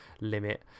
limit